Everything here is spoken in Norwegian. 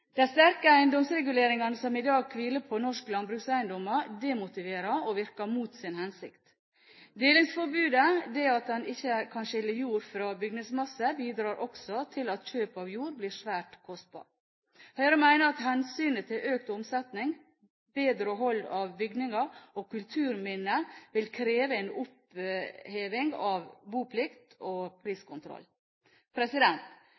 optimalt. De sterke eiendomsreguleringene som i dag hviler på norske landbrukseiendommer, demotiverer og virker mot sin hensikt. Delingsforbudet – det at en ikke kan skille jord fra bygningsmasse – bidrar også til at kjøp av jord blir svært kostbart. Høyre mener at hensynet til økt omsetning, bedre hold av bygninger og kulturminner vil kreve en oppheving av boplikt og